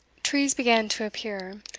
trees began to appear,